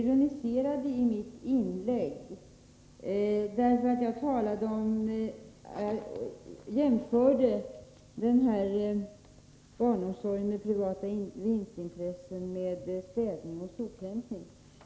Herr talman! Göte Jonsson säger att jag ironiserade i mitt inlägg, när jag jämförde barnomsorg med privata vinstintressen med städning och sophämtning.